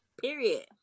Period